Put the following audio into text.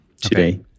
today